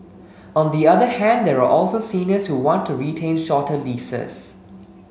on the other hand there are also seniors who want to retain shorter leases